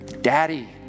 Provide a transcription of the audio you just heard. Daddy